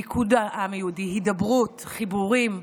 ליכוד העם היהודי, הידברות, חיבורים.